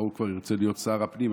והוא כבר ירצה להיות שר הפנים.